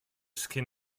skin